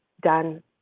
done